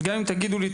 גם אם תגידו לי,